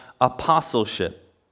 apostleship